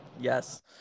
Yes